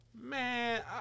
Man